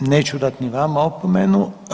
Neću dati ni vama opomenu.